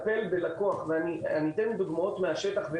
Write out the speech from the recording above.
אתן דוגמאות מהשטח.